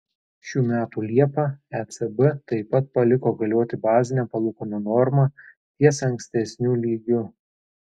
šių metų liepą ecb taip pat paliko galioti bazinę palūkanų normą ties ankstesniu lygiu